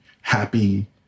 happy